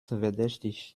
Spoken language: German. verdächtig